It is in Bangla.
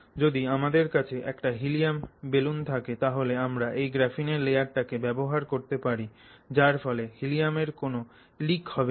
যদি আমাদের কাছে একটা হীলিয়াম্ বেলুন থাকে তাহলে আমরা এই গ্রাফিনের লেয়ারটাকে ব্যবহার করতে পারি যার ফলে হীলিয়াম্ এর কোন লিক হবে না